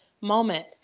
moment